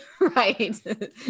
right